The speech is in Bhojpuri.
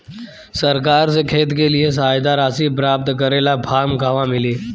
सरकार से खेत के लिए सहायता राशि प्राप्त करे ला फार्म कहवा मिली?